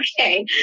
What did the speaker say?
Okay